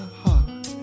heart